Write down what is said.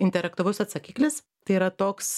interaktyvus atsakiklis tai yra toks